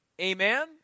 Amen